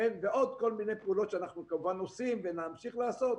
ועוד כל מיני פעולות שאנחנו עושים ונמשיך לעשות,